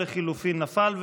לחלופין נפל.